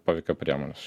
poveikio priemonės